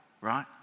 right